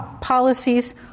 policies